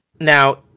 now